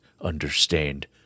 understand